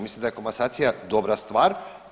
Mislim da je komasacija dobra stvar.